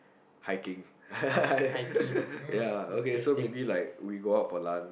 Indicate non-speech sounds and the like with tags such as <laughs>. hiking <laughs> ya so maybe like we go out for lunch